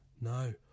no